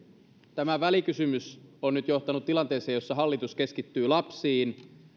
tämä välikysymys on nyt johtanut tilanteeseen jossa hallitus keskittyy lapsiin